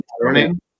morning